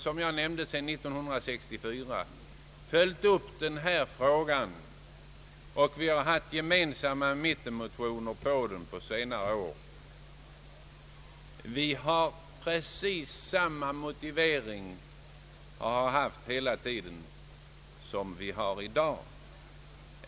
Som jag nämnde har vi sedan 1964 följt upp denna fråga, vi har haft gemensamma mittenmotioner om den på senare år, och vi har hela tiden haft precis samma motivering som i dag.